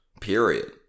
period